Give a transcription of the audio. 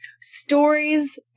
Stories